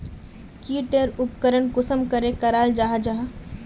की टेर उपकरण कुंसम करे कराल जाहा जाहा?